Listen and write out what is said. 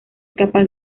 capaz